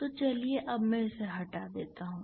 तो चलिए अब मैं इसे हटा देता हूं